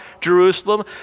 jerusalem